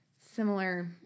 similar